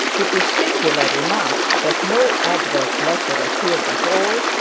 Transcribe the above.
it is singular enough that no adverse letter appeared at all,